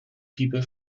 people